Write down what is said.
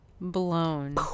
blown